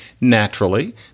naturally